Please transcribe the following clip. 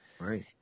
Right